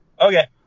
Okay